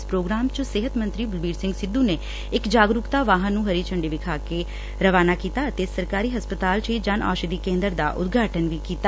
ਇਸ ਪ੍ਰੋਗਰਾਮ ਚ ਸਿਹ ਮੰਤਰੀ ਬਲਬੀਰ ਸਿੰਘ ਸਿੱਧੁ ਨੇ ਇਕ ਜਾਗਰੁਕਤਾ ਵਾਹਨ ਨੂੰ ਝੰਡੀ ਵਿਖਾ ਕੇ ਰਵਾਨਾ ਕੀਤਾ ਅਤੇ ਸਰਕਾਰੀ ਹਸਪਤਾਲ ਚ ਹੀ ਜਨ ਔਸ਼ਧੀ ਕੇਂਦਰ ਦਾ ਉਦਘਾਟਨ ਵੀ ਕੀਤਾ